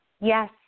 Yes